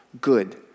Good